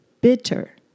bitter